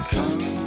Come